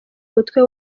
umutwe